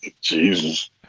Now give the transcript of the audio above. Jesus